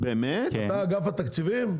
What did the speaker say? אתה אגף התקציבים?